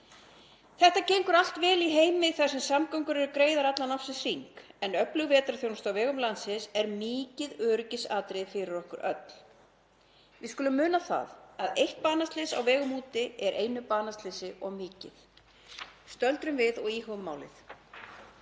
Þetta gengur allt vel í heimi þar sem samgöngur eru greiðar allan ársins hring en öflug vetrarþjónusta á vegum landsins er mikið öryggisatriði fyrir okkur öll. Við skulum muna það að eitt banaslys á vegum úti er einu banaslysi of mikið. Stöldrum við og íhugum málið.